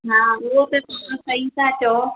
हा उहो बि बिल्कुल सही था चओ